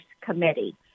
Committee